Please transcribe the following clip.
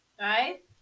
right